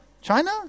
China